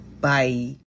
Bye